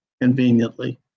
conveniently